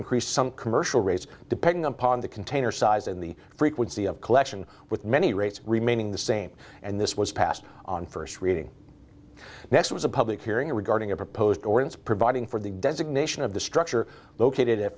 increase some commercial rates depending upon the container size and the frequency of collection with many rates remaining the same and this was passed on first reading next it was a public hearing regarding a proposed dorrance providing for the designation of the structure located at